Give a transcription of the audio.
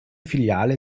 filiale